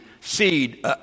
seed